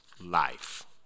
life